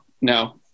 no